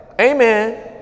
amen